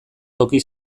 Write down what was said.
toki